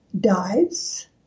dies